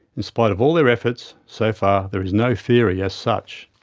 in spite of all their efforts, so far there is no theory as such.